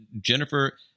Jennifer